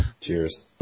Cheers